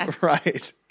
Right